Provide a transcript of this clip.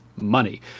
money